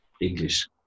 English